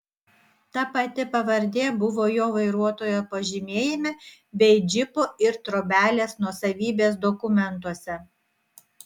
ta pati pavardė buvo jo vairuotojo pažymėjime bei džipo ir trobelės nuosavybės dokumentuose